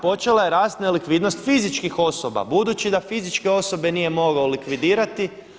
Počela je rast nelikvidnost fizičkih osoba, budući da fizičke osobe nije mogao likvidirati.